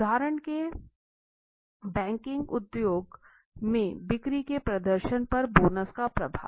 उदहारण के बैंकिंग उद्योग में बिक्री के प्रदर्शन पर बोनस का प्रभाव